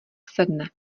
sedne